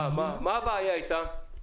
מה הבעיה איתה?